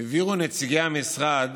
הבהירו נציגי המשרד